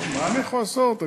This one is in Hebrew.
מה אני יכול לעשות?